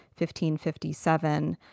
1557